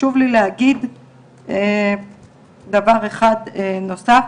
חשוב לי להגיד דבר אחד נוסף.